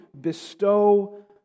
bestow